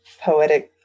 poetic